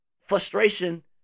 Frustration